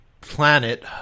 planet